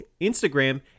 Instagram